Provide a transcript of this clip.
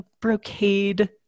brocade